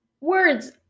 Words